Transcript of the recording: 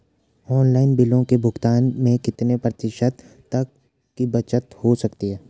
Online बिलों के भुगतान में कितने प्रतिशत तक की बचत हो सकती है?